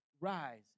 rise